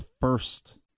first